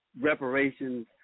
reparations